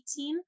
18